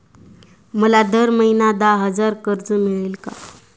मला दर महिना दहा हजार कर्ज मिळेल का?